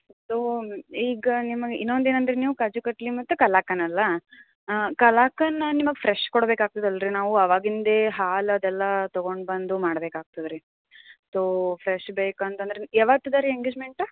ಇದೂ ಈಗ ನಿಮಗೆ ಇನ್ನೊಂದು ಏನಂದ್ರಿ ನೀವು ಕಾಜು ಕಟ್ಲಿ ಮತ್ತು ಕಾಲಕಂಡಲ್ಲ ಕಾಲಕಂಡ್ ನಿಮಗೆ ಫ್ರೆಶ್ ಕೊಡ್ಬೇಕಾಗ್ತದೆ ಅಲ್ರಿ ನಾವು ಅವಾಗಿಂದ್ಲೇ ಹಾಲು ಅದೆಲ್ಲ ತಗೊಂಡು ಬಂದು ಮಾಡ್ಬೇಕಾಗ್ತದೆ ರೀ ತೋ ಫ್ರೆಶ್ ಬೇಕಂತಂದ್ರೆ ಯಾವತ್ತು ಅದ ರೀ ಎಂಗೇಜ್ಮೆಂಟ